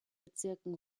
bezirken